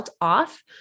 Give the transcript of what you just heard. off